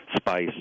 spice